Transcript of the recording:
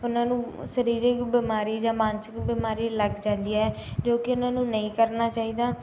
ਉਹਨਾਂ ਨੂੰ ਸਰੀਰਕ ਬਿਮਾਰੀ ਜਾਂ ਮਾਨਸਿਕ ਬਿਮਾਰੀ ਲੱਗ ਜਾਂਦੀ ਹੈ ਜੋ ਕਿ ਉਹਨਾਂ ਨੂੰ ਨਹੀਂ ਕਰਨਾ ਚਾਹੀਦਾ